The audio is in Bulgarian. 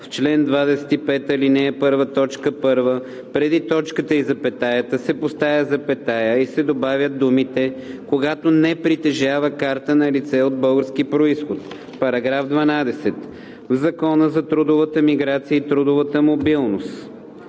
В чл. 25, ал. 1, т. 1 преди точката и запетаята се поставя запетая и се добавят думите: „когато не притежава карта на лице от български произход“. § 12. В Закона за трудовата миграция и трудовата мобилност